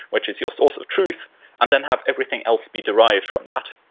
which is your source of truth and then have everything else be derived from that.